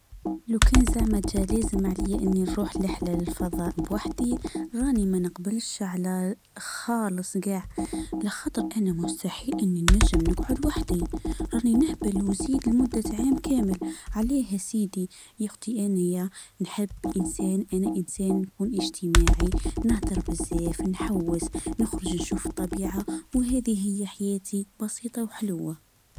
لو كان جي لازم نروح رحلة للفضاء بواحدي. راني ما نقبلش على خالص كان علخاطر انا مستحيل اني نجم نجعد وحدي. راني نهبل وزيد لمدة عام كامل. عليه سيدي نحب انسان ، انا انسان يكون أجتماعي نهضر بالزاف حوس نخرج نشوف الطبيعة وهذا هي حياتي بسيطة وحلوة.